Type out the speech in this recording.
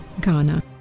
Ghana